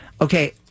Okay